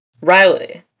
Riley